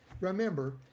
remember